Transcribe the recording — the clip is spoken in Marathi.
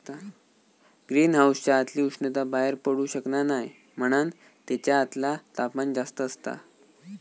ग्रीन हाउसच्या आतली उष्णता बाहेर पडू शकना नाय म्हणान तेच्या आतला तापमान जास्त असता